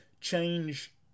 change